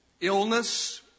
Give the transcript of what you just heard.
illness